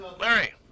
Larry